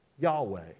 Yahweh